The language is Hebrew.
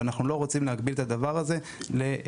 ואנחנו לא רוצים להגביל את הדבר הזה לצו,